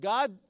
God